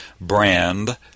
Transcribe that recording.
brand